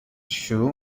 شروع